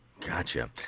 Gotcha